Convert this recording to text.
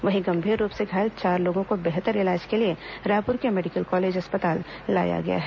वहीं गंभीर रूप से घायल चार लोगों को बेहतर इलाज के लिए रायपुर के मेडिकल कॉलेज अस्पताल लाया गया है